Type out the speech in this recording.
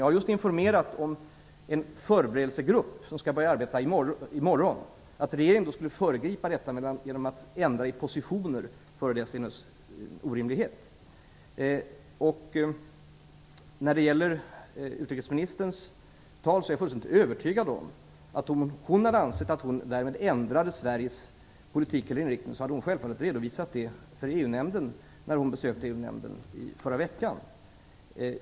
Jag har just informerat om en förberedelsegrupp som skall börja arbeta i morgon. Att regeringen då skulle föregripa detta genom att ändra i positioner är naturligtvis en orimlighet. När det gäller utrikesministerns tal är jag fullständigt övertygad om att om hon hade ansett att hon därmed ändrade Sveriges politik eller inriktning hade hon självfallet redovisat det för EU-nämnden när hon besökte den i förra veckan.